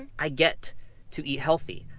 i get to eat healthy,